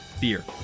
beer